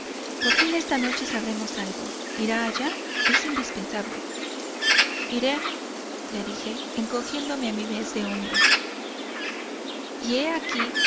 por fin esta noche sabremos algo irá allá es indispensable iré le dije encogiéndome a mi vez de hombros y he aquí